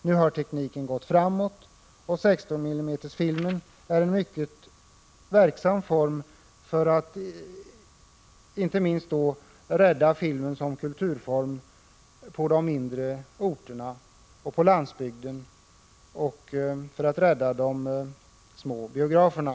Nu har tekniken utvecklats, och 16 mm film är ett mycket verksamt bidrag i arbetet för att rädda filmen som kulturform på de mindre orterna och på landsbygden och för att bevara de små biograferna.